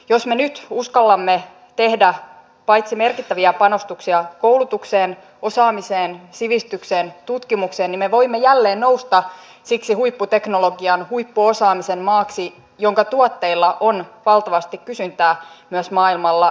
jos me nyt uskallamme tehdä merkittäviä panostuksia koulutukseen osaamiseen sivistykseen tutkimukseen niin me voimme jälleen nousta siksi huipputeknologian huippuosaamisen maaksi jonka tuotteilla on valtavasti kysyntää myös maailmalla